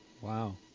Wow